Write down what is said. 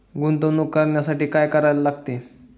गुंतवणूक करण्यासाठी काय करायला लागते?